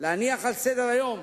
להניח על סדר-היום